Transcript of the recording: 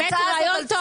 באמת זה רעיון טוב.